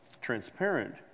transparent